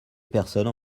personnes